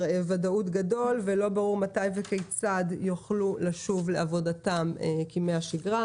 ודאות גדול ולא ברור מתי וכיצד יוכלו לשוב לעבודתם כימי השגרה.